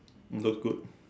looks good